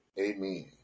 Amen